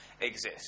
exist